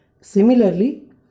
Similarly